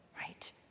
right